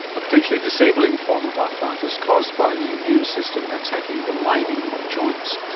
a potentially disabling form of arthritis caused by the immune system attacking the lining of joints.